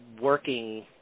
working